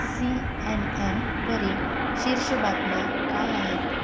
C N एनवरील शीर्ष बातम्या काय आहेत